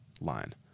line